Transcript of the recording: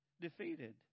defeated